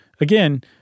again